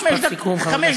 משפט סיכום, חבר הכנסת טיבי.